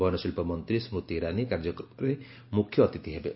ବୟନଶିଳ୍ପ ମନ୍ତ୍ରୀ ସ୍କୁତି ଇରାନୀ କାର୍ଯ୍ୟକ୍ରମରେ ମୁଖ୍ୟ ଅତିଥି ହେବେ